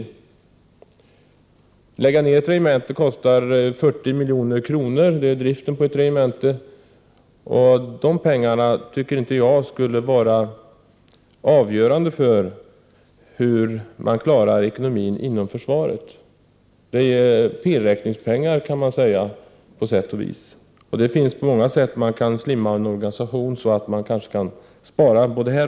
Att lägga ned ett regemente kostar 40 milj.kr. — det är vad driften kostar. Dessa pengar anser jag inte skall vara avgörande för hur ekonomin inom försvaret klaras av. Man kan nästan kalla det felräkningspengar. Man kan minska en organisation på många sätt för att spara pengar.